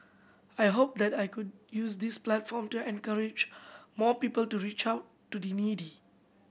I hope that I could use this platform to encourage more people to reach out to the needy